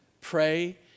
pray